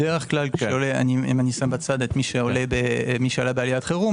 בדרך כלל אם אני שם בצד את מי שעלה בעליית חירום,